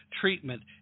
treatment